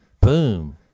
boom